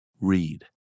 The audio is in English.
Read